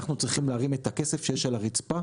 אנחנו צריכים להרים את הכסף שיש על הרצפה,